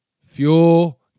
Fuel